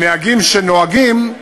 הנהגים שנוהגים,